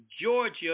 Georgia